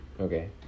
okay